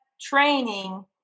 training